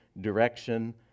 direction